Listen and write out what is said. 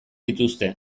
dituzte